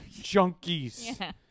junkies